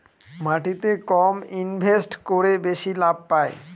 মাটিতে কম ইনভেস্ট করে বেশি লাভ পাই